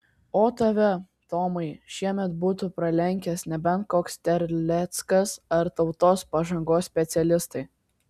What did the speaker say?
o tave tomai šiemet būtų pralenkęs nebent koks terleckas ar tautos pažangos specialistai